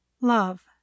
love